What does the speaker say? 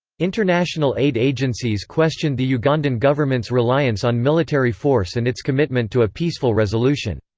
international aid agencies questioned the ugandan government's reliance on military force and its commitment to a peaceful resolution.